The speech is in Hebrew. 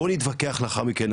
בואי נתווכח לאחר מכן,